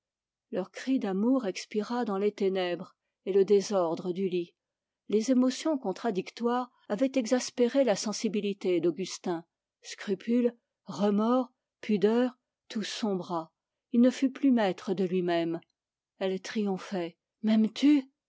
leur cri d'amour expira dans les ténèbres et le désordre du lit les émotions contradictoires avaient exaspéré la sensibilité d'augustin scrupules remords pudeur tout sombra il ne fut plus maître de lui-même elle triomphait m'aimes-tu